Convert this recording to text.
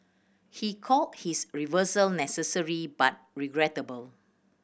he called his reversal necessary but regrettable